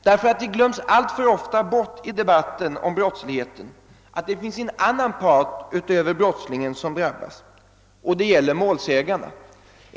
Det glöms alltför ofta bort i debatten om brottsligheten att det finns en annan part utöver brottslingen som drabbas, nämligen målsägaren.